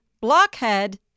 Blockhead